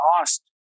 asked